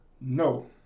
No